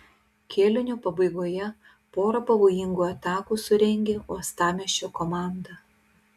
kėlinio pabaigoje porą pavojingų atakų surengė uostamiesčio komanda